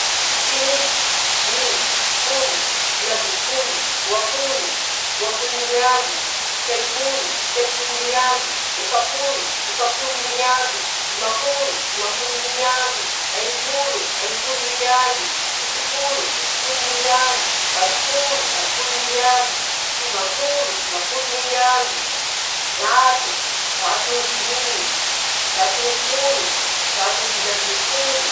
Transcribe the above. Tsy misy, dimy<ptoa>, folo, dimy ambiny folo, roapolo, roapolo limy amby, telopolo, telopolo limy amby; efapolo, efapolo limy amby, dimampolo, dimampolo limy amby, enimpolo, enimpolo limy amby, fitopolo; fitopolo limy amby, valopolo, valopolo limy amby, sivampolo, sivampolo limy amby, zato; zato no dimy, zato no folo, zato no dimy ambiny folo.